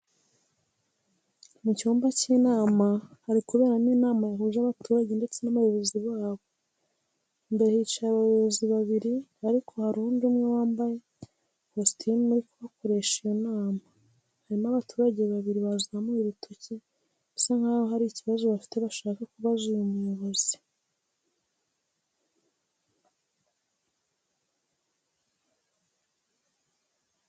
Mu cyumba cy'inama hari kuberamo inama yahuje abaturage ndetse n'abayobozi babo. Imbere hicaye aboyobozi babiri ariko hari undi umwe wambaye kositimu uri kubakoresha iyo nama. Harimo abaturage babiri bazamuye urutoki bisa nkaho hari ikibazo bafite bashaka kubaza uyu muyobozi.